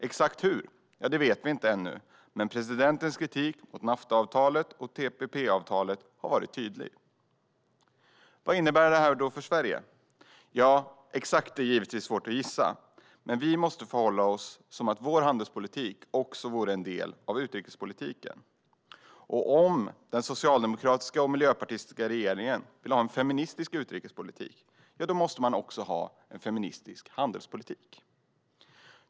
Exakt hur den kommer att se ut vet vi inte än, men presidentens kritik mot Naftaavtalet och TPP-avtalet har varit tydlig. Vad innebär då detta för Sverige? Exakt vad det innebär är givetvis svårt att gissa, men vi måste förhålla oss till vår handelspolitik som att den också är en del av utrikespolitiken. Om den socialdemokratiska och miljöpartistiska regeringen vill ha en feministisk utrikespolitik måste den också ha en feministisk handelspolitik.